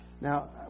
Now